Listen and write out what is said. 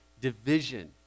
division